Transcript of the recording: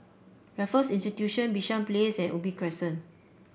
Raffles Institution Bishan Place and Ubi Crescent